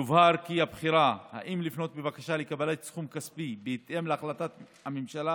יובהר כי הבחירה אם לפנות בבקשה לקבלת סכום כספי בהתאם להחלטת ממשלה